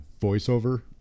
voiceover